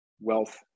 wealth